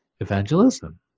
evangelism